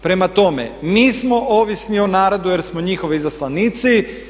Prema tome, mi smo ovisni o narodu jer smo njihovi izaslanici.